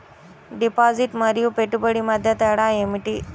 Deposit మరియు పెట్టుబడి మధ్య తేడా ఏమిటి?